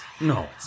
no